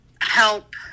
help